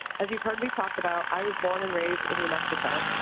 as you've heard me talk about i was born and raised in new mexico.